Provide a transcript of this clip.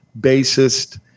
bassist